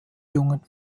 jungen